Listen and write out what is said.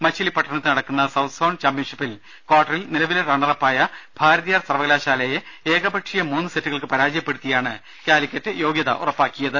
മച്ചിലിപട്ടണത്ത് നടക്കുന്ന south zone ചാംപ്യൻഷിപ്പിൽ കാർട്ടറിൽ നിലവിലെ റണ്ണറപ്പായ ഭാരതീയാർ സർവകാലശാലയെ ഏകപക്ഷീയ മൂന്ന് സെറ്റുകൾക്ക് പരാജയപ്പെടുത്തിയാണ് കാലിക്കറ്റ് യോഗ്യത ഉറപ്പാക്കിയത്